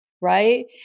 right